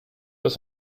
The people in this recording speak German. das